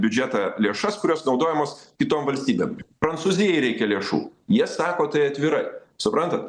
biudžetą lėšas kurios naudojamos kitom valstybėm prancūzijai reikia lėšų jie sako tai atvirai suprantat